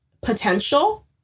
potential